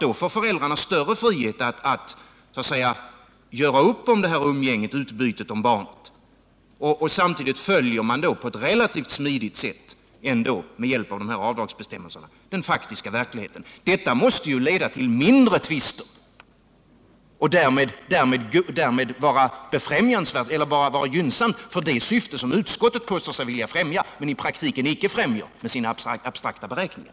Då får föräldrarna större frihet att Nr 53 göra upp om umgänget med barnet, och samtidigt följer avdragsbestämmelserna på ett relativt smidigt sätt den faktiska verkligheten. Detta måste leda till tvister i mindre utsträckning och därmed vara gynnsamt för det syfte som utskottet påstår sig vilja främja men i praktiken icke främjar med sina abstrakta beräkningar.